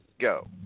go